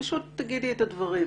פשוט תגידי את הדברים.